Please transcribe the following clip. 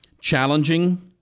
Challenging